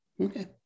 okay